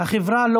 מרשם החברות.